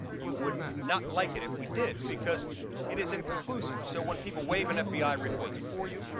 you would not like it if we did because it is inconclusive. so when people waive an fbi report before you,